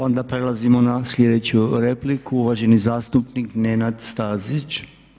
Onda prelazimo na sljedeću repliku, uvaženi zastupnik Nenad Stazić.